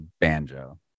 banjo